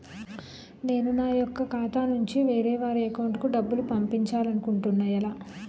నేను నా యెక్క ఖాతా నుంచి వేరే వారి అకౌంట్ కు డబ్బులు పంపించాలనుకుంటున్నా ఎలా?